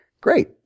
great